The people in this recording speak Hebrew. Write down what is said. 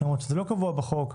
למרות שזה לא קבוע בחוק,